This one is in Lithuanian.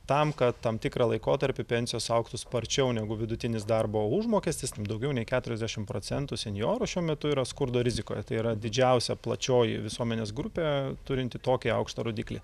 tam kad tam tikrą laikotarpį pensijos augtų sparčiau negu vidutinis darbo užmokestis daugiau nei keturiasdešimt procentų senjorų šiuo metu yra skurdo rizikoje tai yra didžiausia plačioji visuomenės grupė turinti tokį aukštą rodiklį